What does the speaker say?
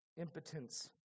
impotence